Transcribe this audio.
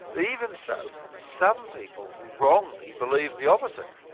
even so, some people wrongly believe the opposite.